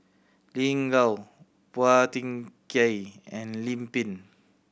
Lin Gao Phua Thin Kiay and Lim Pin